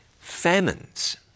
Famines